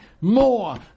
more